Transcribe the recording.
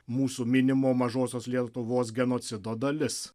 mūsų minimo mažosios lietuvos genocido dalis